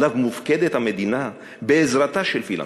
שעליו מופקדת המדינה, בעזרת פילנתרופיה.